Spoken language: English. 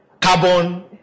carbon